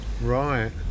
right